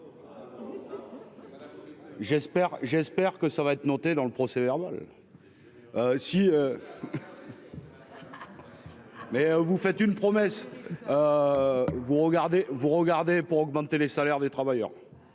j'espère que ça va être noté dans le procès-verbal. Si. Mais vous faites une promesse. Vous regardez vous regardez pour augmenter les salaires des travailleurs.